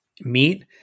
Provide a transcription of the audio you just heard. meat